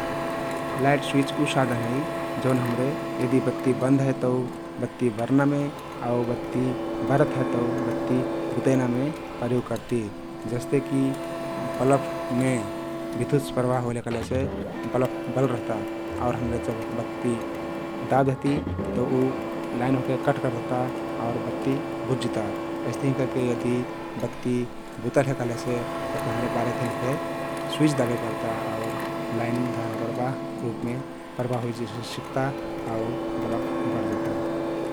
Light switch उ साधन हइ जउन हम्रे यदि बत्ती बन्द हई तउ बत्ती बर्नामे आउ यदि बत्ती बरत हइ तउ बत्ती बुतैनामे प्रयोग करती । जस्तेकि बलफ मे प्रवाह होइल हे कहलेसे बलफ बरल रहता आउ हम्रे जब बत्ती दाब देहती तउ लाईन ओहके कट करदेहता आउर बत्ती बुझ जिता । अइस्तहिं करके यदि बत्ती बुतल हे कहलेसे ओहके हम्रे बारेक तिहिन फे स्विच दाबे पर्ता आउर लाईन धारा प्रवाह रुपमे प्रवाह सिक्ता आउ बलफ बरजिता ।